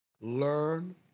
Learn